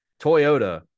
toyota